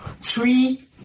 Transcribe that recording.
three